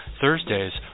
Thursdays